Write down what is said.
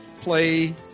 play